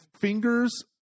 fingers